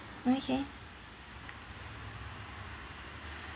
okay